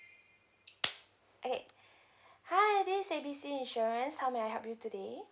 eh hi this is A B C insurance how may I help you today